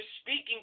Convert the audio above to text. speaking